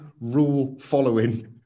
rule-following